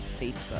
Facebook